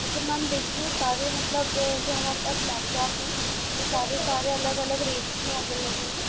और फिर मैम देखिए सारे मतलब जो हमारे पास लैपटॉप हैं वो सारे सारे अलग अलग रेंज में अवेलेबल हैं